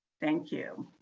thank you.